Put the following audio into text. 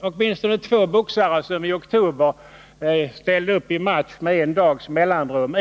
åtminstone två boxare som i oktober ställde upp i matcher med en dags mellanrum.